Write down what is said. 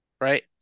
Right